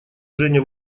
женя